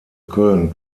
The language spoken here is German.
köln